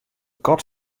kat